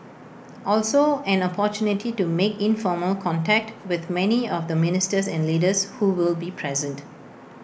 also an opportunity to make informal contact with many of the ministers and leaders who will be present